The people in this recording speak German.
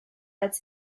als